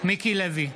מיקי לוי,